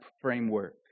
framework